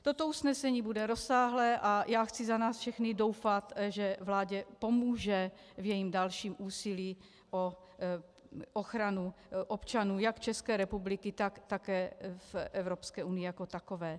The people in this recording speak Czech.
Toto usnesení bude rozsáhlé a já chci za nás všechny doufat, že vládě pomůže v jejím dalším úsilí o ochranu občanů jak České republiky, tak také v Evropské unii jako takové.